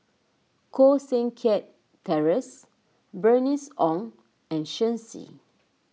Koh Seng Kiat Terence Bernice Ong and Shen Xi